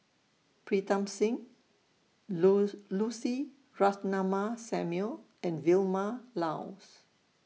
Pritam Singh Lucy Ratnammah Samuel and Vilma Laus